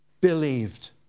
believed